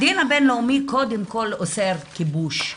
הדין הבין-לאומי קודם כל אוסר כיבוש.